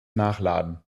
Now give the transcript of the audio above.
nachladen